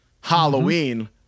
Halloween